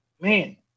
man